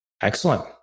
Excellent